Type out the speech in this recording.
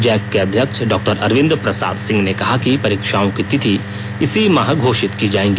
Jack के अध्यक्ष डॉ अरविंद प्रसाद सिंह ने कहा कि परीक्षाओं की तिथि इसी माह घोषित की जायेंगी